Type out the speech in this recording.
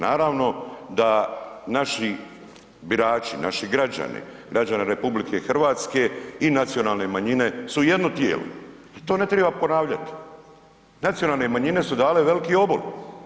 Naravno da naši birači, naši građani, građana RH i nacionalne manjine su jedno tijelo i to ne treba ponavljati, nacionalne manjine su dale veliki obol.